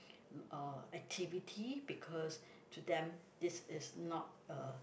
uh activity because to them this is not a